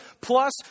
plus